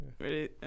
Ready